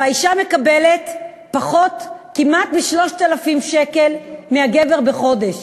והאישה מקבלת כמעט פחות 3,000 שקל מהגבר בחודש.